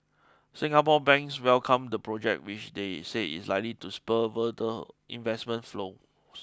Singapore banks welcomed the project which they say is likely to spur further investment flow